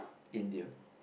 India